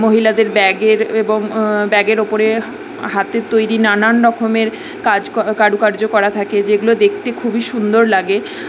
মহিলাদের ব্যাগের এবং ব্যাগের ওপরে হাতের তৈরি নানান রকমের কাজ কাজ ক কারুকার্য করা থাকে যেগুলো দেখতে খুবই সুন্দর লাগে